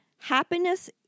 Happiness